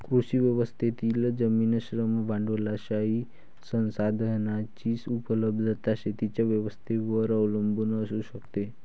कृषी व्यवस्थेतील जमीन, श्रम, भांडवलशाही संसाधनांची उपलब्धता शेतीच्या व्यवस्थेवर अवलंबून असू शकते